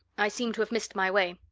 i seem to have missed my way.